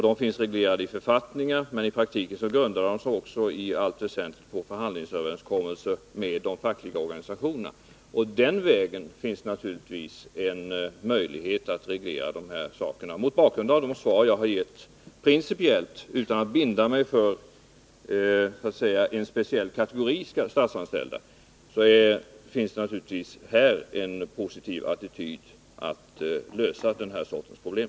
De finns reglerade i författningar, men i praktiken grundar de sig också i allt väsentligt på förhandlingsöverenskommelser med de fackliga organisationerna. Och den vägen finns det naturligtvis en möjlighet att reglera de här sakerna. Mot bakgrund av de svar jag har gett principiellt, utan att binda mig för en speciell kategori statsanställda, finns det naturligtvis här en positiv attityd till att lösa den här sortens problem.